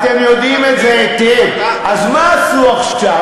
אתם יודעים את זה היטב, אז מה עשו עכשיו?